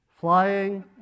flying